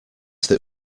that